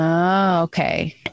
Okay